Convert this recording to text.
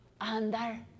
andar